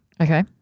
Okay